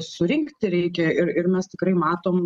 surinkti reikia ir ir mes tikrai matom